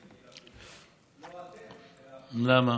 לא אתם אלא, למה?